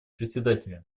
председателя